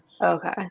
Okay